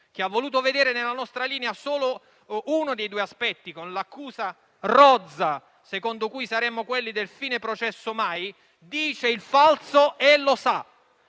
Chi ha voluto vedere nella nostra linea solo o uno dei due aspetti, con l'accusa rozza secondo cui saremo quelli del "fine processo mai" dice il falso e lo sa.